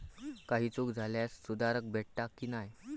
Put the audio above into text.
काही चूक झाल्यास सुधारक भेटता की नाय?